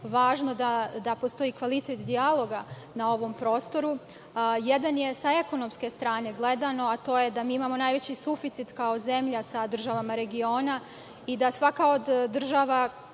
važno da postoji kvalitet dijaloga na ovom prostoru. Jedan je sa ekonomske strane gledano, a to je da imamo najveći suficit kao zemlja sa državama regiona i da svaka od država